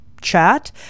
chat